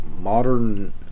modern